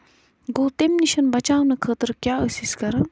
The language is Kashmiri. گوٚو تَمہِ نِش بَچاونہٕ خٲطرٕ کیاہ ٲسۍ أسۍ کران